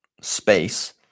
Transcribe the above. space